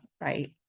right